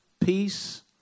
peace